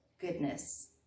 Goodness